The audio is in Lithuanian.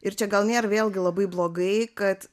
ir čia gal nėr vėlgi labai blogai kad